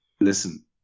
listen